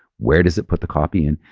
where does it put the copy in?